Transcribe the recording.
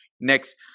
next